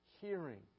hearing